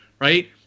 right